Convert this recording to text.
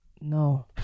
No